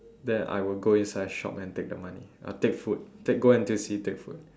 then I will go inside shop and take the money I will take food take go N_T_U_C take food